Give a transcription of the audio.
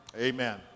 Amen